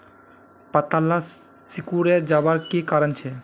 पत्ताला सिकुरे जवार की कारण छे?